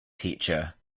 teacher